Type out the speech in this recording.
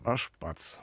aš pats